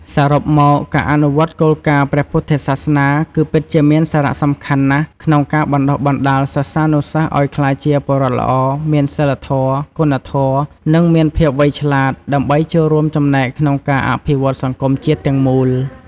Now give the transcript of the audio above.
សរុបមក ការអនុវត្តគោលការណ៍ព្រះពុទ្ធសាសនា គឺពិតជាមានសារៈសំខាន់ណាស់ក្នុងការបណ្ដុះបណ្ដាលសិស្សានុសិស្សឲ្យក្លាយជាពលរដ្ឋល្អ មានសីលធម៌ គុណធម៌ និងមានភាពវៃឆ្លាត ដើម្បីចូលរួមចំណែកក្នុងការអភិវឌ្ឍសង្គមជាតិទាំងមូល។